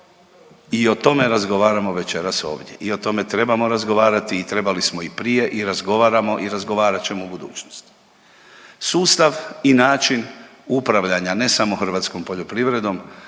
i o tome razgovaramo večeras ovdje i o tome trebamo razgovarati i trebali smo i prije i razgovaramo i razgovarat ćemo u budućnosti. Sustav i način upravljanja, ne samo hrvatskom poljoprivredom,